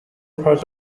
parts